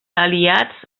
aliats